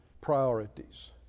priorities